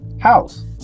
house